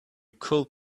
could